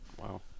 Wow